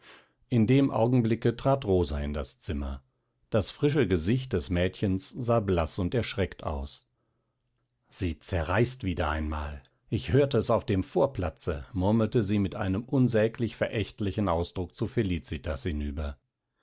in dem augenblicke trat rosa in das zimmer das frische gesicht des mädchens sah blaß und erschreckt aus sie zerreißt wieder einmal ich hörte es auf dem vorplatze murmelte sie mit einem unsäglich verächtlichen ausdruck zu felicitas hinüber